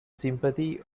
sympathy